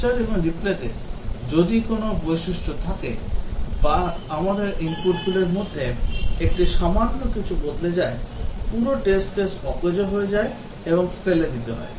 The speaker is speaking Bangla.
ক্যাপচার এবং রিপ্লেতে যদি কোনও বৈশিষ্ট্য থাকে বা আমাদের ইনপুটগুলির মধ্যে একটি সামান্য কিছুটা বদলে যায় পুরো test case অকেজো হয়ে যায় এবং ফেলে দিতে হয়